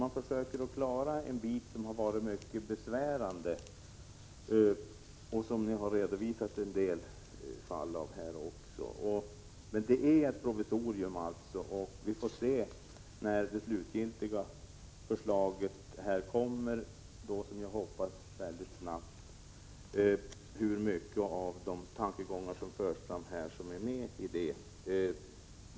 Man försöker, som här har — Prot. 1986/87:46 redovisats, klara av en mycket besvärlig sak. När det slutliga förslaget 10 december 1986 kommer — som jag hoppas mycket snabbt — får vi se hur många av de tankegångar som här har framförts som ingår i förslaget.